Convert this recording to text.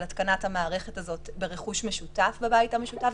התקנת המערכת הזאת ברכוש משותף בבית המשותף.